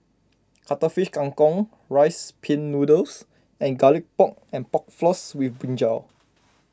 Cuttlefish Kang Kong Rice Pin Noodles and Garlic Pork and Pork Floss with Brinjal